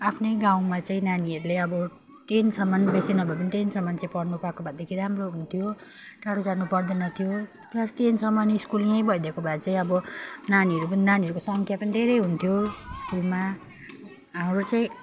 आफ्नै गाउँमा चाहिँ नानीहरूले अब टेनसम्म बेसी नभए पनि टेनसम्म चाहिँ पढ्नु पाएको भएदेखि राम्रो हुन्थ्यो टाढो जानु पर्दैनथ्यो प्लास टेनसम्म स्कुल यहीँ भइदिएको भए चाहिँ अब नानीहरू पनि नानीहरूको सङ्ख्या पनि धेरै हुन्थ्यो स्कुलमा हाम्रो चाहिँ